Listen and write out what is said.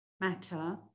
matter